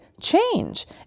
change